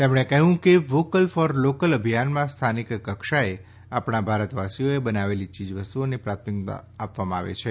તેમણે કહ્યું કે વોકલ ફોર લોકલ અભિયાનમાં સ્થાનિક કક્ષાએ આપણાં ભારતવાસીઓએ બનાવેલી ચીજવસ્તુઓને પ્રાથમિકતા આપવામાં આવે છે